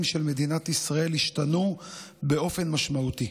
של מדינת ישראל השתנו באופן משמעותי,